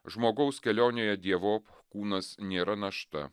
žmogaus kelionėje dievop kūnas nėra našta